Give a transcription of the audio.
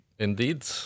Indeed